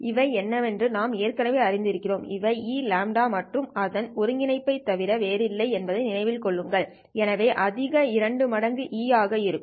இவை என்னவென்று நாம் ஏற்கனவே அறிந்திருக்கிறோம் இவை eλ மற்றும் அதன் ஒருங்கிணைப்பைத் தவிர வேறில்லை என்பதை நினைவில் கொள்ளுங்கள் எனவே அதில் இரண்டு மடங்கு E ஆக இருக்கும்